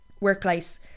workplace